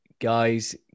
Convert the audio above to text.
Guys